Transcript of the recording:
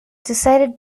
decided